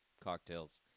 cocktails